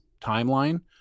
timeline